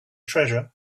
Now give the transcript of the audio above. treasure